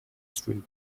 street